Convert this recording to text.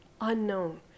unknown